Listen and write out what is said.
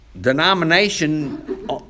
denomination